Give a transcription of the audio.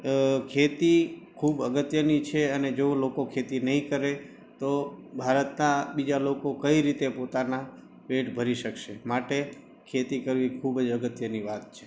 અ ખેતી ખૂબ અગત્યની છે અને જો લોકો ખેતી નહિ કરે તો ભારતનાં બીજા લોકો કઈ રીતે પોતાનાં પેટ ભરી શકશે માટે ખેતી કરવી ખૂબ જ અગત્યની વાત છે